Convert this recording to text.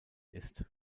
ist